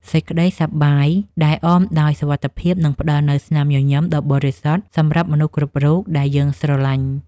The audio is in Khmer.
សេចក្តីសប្បាយដែលអមដោយសុវត្ថិភាពនឹងផ្តល់នូវស្នាមញញឹមដ៏បរិសុទ្ធសម្រាប់មនុស្សគ្រប់រូបដែលយើងស្រឡាញ់។